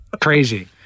crazy